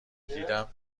دیدم